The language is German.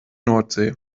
nordsee